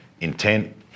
intent